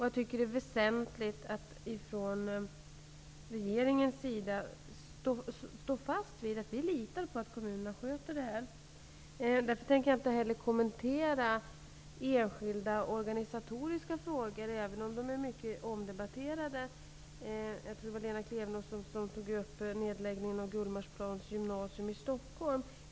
Jag tycker att det är väsentligt att vi i regeringen står fast vid att vi litar på att kommunerna sköter det här. Därför tänker jag inte heller kommentera enskilda organisatoriska frågor, även om de är mycket omdebatterade. Jag tror att det var Lena Klevenås som tog upp frågan om nedläggningen av Gullmarsplans Vuxengymnasium i Stockholm.